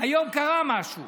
קרה משהו